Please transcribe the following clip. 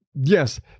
Yes